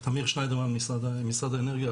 אני ממשרד האנרגיה.